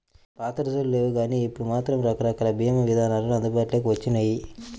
పాతరోజుల్లో లేవుగానీ ఇప్పుడు మాత్రం రకరకాల భీమా ఇదానాలు అందుబాటులోకి వచ్చినియ్యి